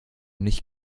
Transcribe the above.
nicht